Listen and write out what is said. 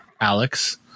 Alex